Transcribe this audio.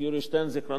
זכרו לברכה.